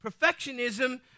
Perfectionism